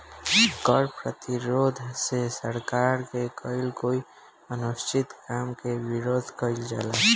कर प्रतिरोध से सरकार के कईल कोई अनुचित काम के विरोध कईल जाला